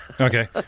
Okay